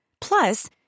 Plus